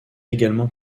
également